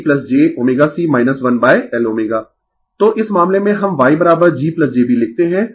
Refer slide Time 2855 तो इस मामले में हम Y G jB लिखते है